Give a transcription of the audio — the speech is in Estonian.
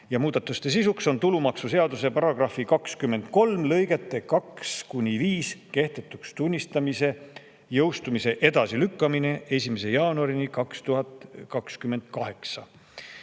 Muudatuste sisuks on tulumaksuseaduse § 23 lõigete 2–5 kehtetuks tunnistamise jõustumise edasilükkamine 1. jaanuarini 2028.